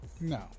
No